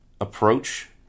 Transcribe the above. approach